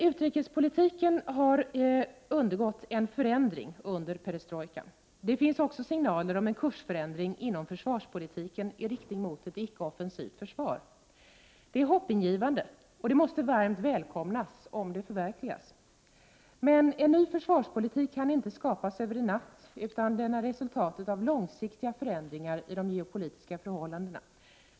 Utrikespolitiken har under perestrojkan undergått en förändring. Det finns också signaler om en kursändring inom försvarspolitiken i riktning mot ett icke-offensivt försvar. Detta är hoppingivande och måste varmt välkomnas om det förverkligas. Men en ny försvarspolitik kan inte skapas över en natt, utan den är resultatet av långsiktiga förändringar i de geopolitiska förhållandena.